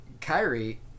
Kyrie